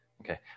okay